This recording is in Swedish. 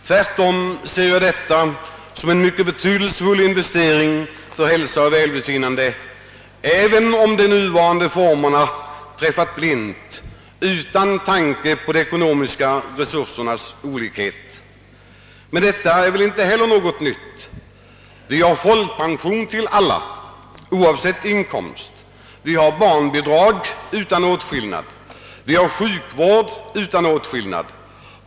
Tvärtom ser jag detta som en mycket betydelsefull investering för hälsa och välbefinnande, även om de nuvarande formerna träffat blint utan tanke på de ekonomiska resursernas olikhet. Detta är väl heller inte något nytt. Vi har folkpension till alla, oavsett inkomst. Vi har barnbidrag utan åtskillnad. Vi har sjukvård utan åtskillnad.